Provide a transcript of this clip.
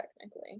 technically